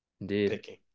Indeed